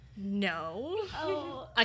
No